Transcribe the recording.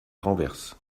renverse